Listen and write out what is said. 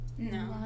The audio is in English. No